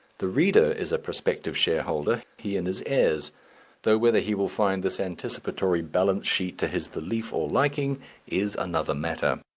the reader is a prospective shareholder he and his heirs though whether he will find this anticipatory balance-sheet to his belief or liking is another matter.